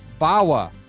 Bawa